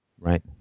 Right